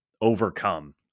overcome